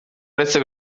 uretse